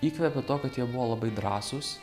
įkvepia tuo kad jie buvo labai drąsūs